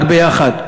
רק יחד,